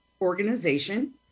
organization